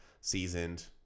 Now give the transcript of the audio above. seasoned